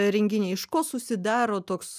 renginiai iš ko susidaro toks